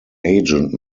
agent